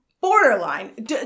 Borderline